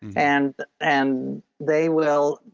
and and they will,